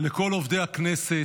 לכל עובדי הכנסת,